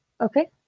Okay